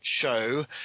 show